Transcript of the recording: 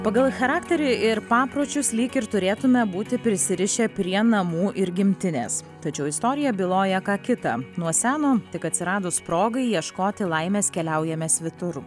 pagal charakterį ir papročius lyg ir turėtume būti prisirišę prie namų ir gimtinės tačiau istorija byloja ką kita nuo seno tik atsiradus progai ieškoti laimės keliaujame svetur